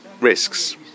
risks